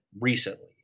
recently